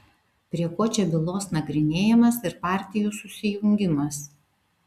prie ko čia bylos nagrinėjimas ir partijų susijungimas